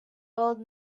old